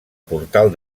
portal